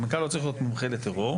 המנכ"ל לא צריך להיות מומחה לטרור.